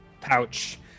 pouch